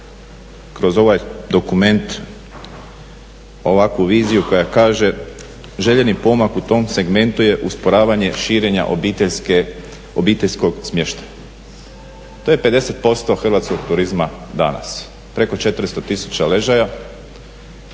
kroz ovaj dokument ovakvu viziju koja kaže, željeni pomak u tom segmentu je usporavanje širenja obiteljskog smještaja. To je 50% hrvatskog turizma danas, preko 400 tisuća ležaja